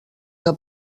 que